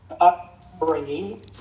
upbringing